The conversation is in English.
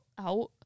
out